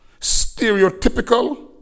stereotypical